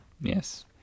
Yes